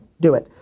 do it.